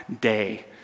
day